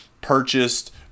purchased